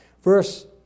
Verse